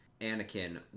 Anakin